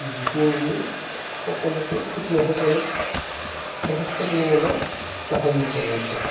যিটোৱে নেকি সকলোকে খেতিয়কসকলক যথেষ্ট পৰিমাণে লাভৱান্বিত কৰিছে